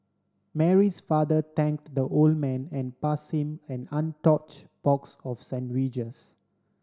Mary's father thanked the old man and pass him an untouch box of sandwiches